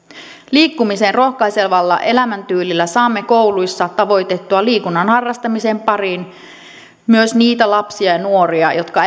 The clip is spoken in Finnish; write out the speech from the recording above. liikkumiseen rohkaisevalla elämäntyylillä saamme kouluissa tavoitettua liikunnan harrastamisen pariin myös niitä lapsia ja nuoria jotka